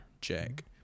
Jack